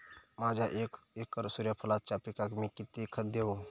माझ्या एक एकर सूर्यफुलाच्या पिकाक मी किती खत देवू?